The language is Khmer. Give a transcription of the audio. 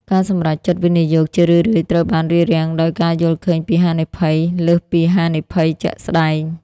ការសម្រេចចិត្តវិនិយោគជារឿយៗត្រូវបានរារាំងដោយ "ការយល់ឃើញពីហានិភ័យ" លើសពីហានិភ័យជាក់ស្ដែង ។